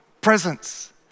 presence